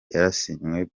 yarasinywe